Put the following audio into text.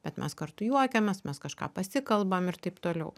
bet mes kartu juokiamės mes kažką pasikalbam ir taip toliau